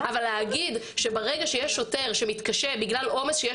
אבל להגיד שברגע שיש שוטר שמתקשה בגלל עומס שיש